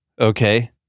okay